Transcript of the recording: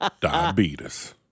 diabetes